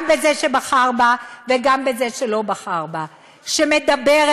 גם בזה שבחר בה וגם בזה שלא בחר בה שמדברת